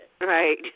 Right